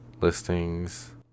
listings